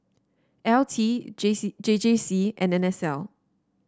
L T J C J J C and NSL